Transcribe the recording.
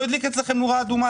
לא הדליק אצלכם נורה אדומה,